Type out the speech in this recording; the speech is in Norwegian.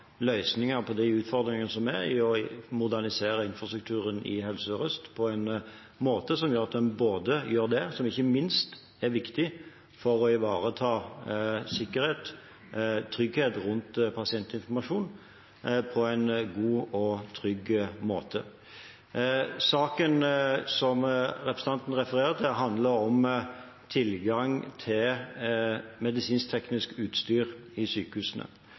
løsninger på de utfordringene som ligger i å modernisere infrastrukturen i Helse Sør-Øst slik at en gjør det som ikke minst er viktig for å ivareta sikkerhet og trygghet rundt pasientinformasjon, på en god og trygg måte. Saken som representanten refererer til, handler om tilgang til medisinsk-teknisk utstyr i sykehusene.